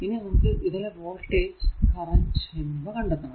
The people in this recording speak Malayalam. ഇനി നമുക്ക് ഇതിലെ വോൾടേജ് കറന്റ് എന്നിവ കണ്ടെത്തണം